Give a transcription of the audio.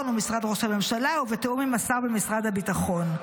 ומשרד ראש הממשלה ובתיאום עם השר במשרד הביטחון.